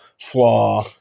flaw